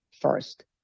first